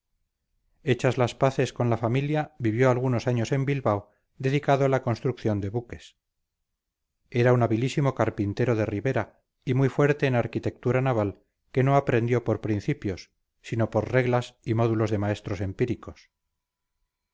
hechas las paces con la familia vivió algunos años en bilbao dedicado a la construcción de buques era un habilísimo carpintero de ribera y muy fuerte en arquitectura naval que no aprendió por principios sino por reglas y módulos de maestros empíricos